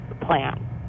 plan